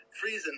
Freezing